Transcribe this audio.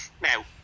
now